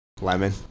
Lemon